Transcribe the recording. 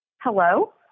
Hello